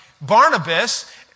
Barnabas